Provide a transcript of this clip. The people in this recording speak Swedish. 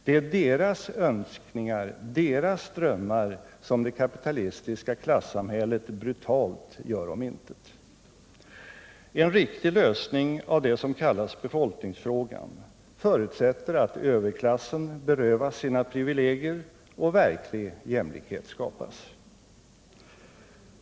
Det är deras önskningar, deras drömmar som det kapitalistiska klassamhället brutalt gör om intet. En riktig lösning av det som kallas befolkningsfrågan förutsätter att överklassen berövas sina privilegier och verklig jämlikhet skapas.